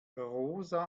rosa